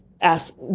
ask